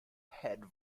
head